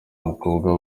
mukobwa